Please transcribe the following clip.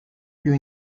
più